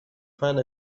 find